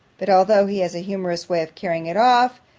but although he has a humourous way of carrying it off,